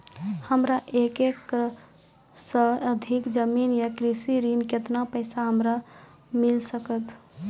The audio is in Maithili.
हमरा एक एकरऽ सऽ अधिक जमीन या कृषि ऋण केतना पैसा हमरा मिल सकत?